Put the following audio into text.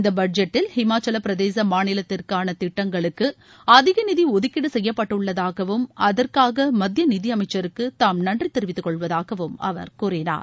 இந்தபட்ஜெட்டில் ஹிமாச்சலப்பிரதேசமாநிலத்திற்கானதிட்டங்களுக்குஅதிகநிதிஒதுக்கீடுசெய்யப்பட்டுள்ளதாகவும் அதற்காகமத்தியநிதியமைச்சருக்குதாம் நன்றிதெரிவித்துக்கொள்வதாகவும் அவர் கூறினார்